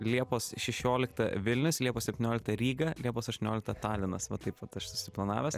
liepos šešiolikta vilnius liepos septyniolikta ryga liepos aštuoniolikta talinas va taip vat aš susiplanavęs